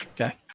Okay